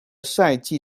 赛季